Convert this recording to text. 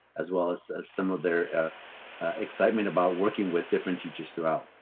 as well as some of their excitement about working with different teachers throughout.